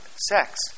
sex